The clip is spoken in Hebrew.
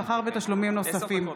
שכר ותשלומים נוספים.